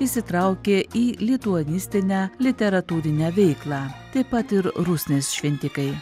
įsitraukė į lituanistinę literatūrinę veiklą taip pat ir rusnės šventikai